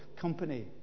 company